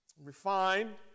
refined